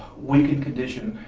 weakened condition,